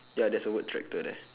ya there's a word tractor there